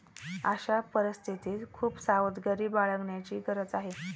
अशा परिस्थितीत खूप सावधगिरी बाळगण्याची गरज आहे